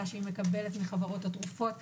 מחברות התרופות,